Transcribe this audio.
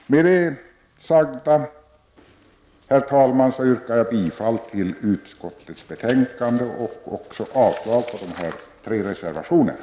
Med det sagda, herr talman, yrkar jag bifall till utskottets hemställan och avslag på de tre reservationerna.